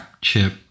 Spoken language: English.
chip